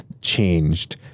changed